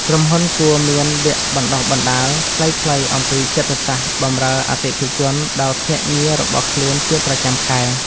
ក្រុមហ៊ុនគួរមានវគ្គបណ្ដុះបណ្ដាលខ្លីៗអំពីចិត្តសាស្ត្របម្រើអតិថិជនដល់ភ្នាក់ងាររបស់ខ្លួនជាប្រចាំខែ។